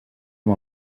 amb